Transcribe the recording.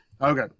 Okay